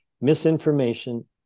misinformation